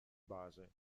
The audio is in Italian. base